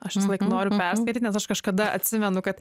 aš visą laiką noriu perskaityt nes aš kažkada atsimenu kad